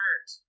heart